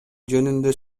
жөнүндө